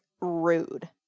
rude